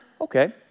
okay